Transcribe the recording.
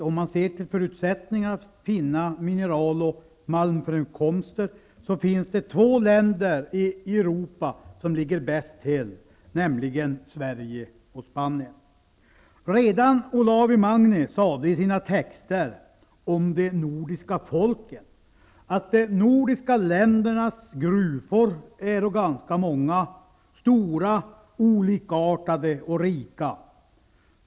Om man ser till förutsättningarna för att finna mineral och malmförekomster finns det två länder i Europa som ligger bäst till, nämligen Redan Olaus Magnus sade i sina texter i ''Historia om de nordiska folken'' att: ''De nordiska ländernas grufor äro ganska många, stora, olikartade och rika.